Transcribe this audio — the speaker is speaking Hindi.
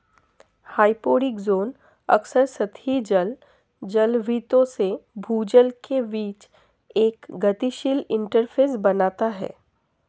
हाइपोरिक ज़ोन अक्सर सतही जल जलभृतों से भूजल के बीच एक गतिशील इंटरफ़ेस बनाता है